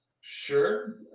Sure